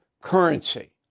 currency